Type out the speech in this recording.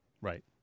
Right